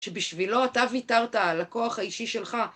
שבשבילו אתה ויתרת על הכוח האישי שלך.